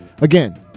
Again